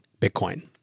Bitcoin